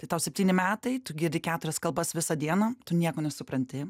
tai tau septyni metai tu girdi keturias kalbas visą dieną tu nieko nesupranti